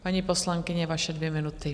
Paní poslankyně, vaše dvě minuty.